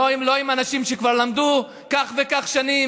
לא עם אנשים שכבר למדו כך וכך שנים,